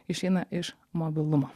išeina iš mobilumo